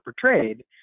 portrayed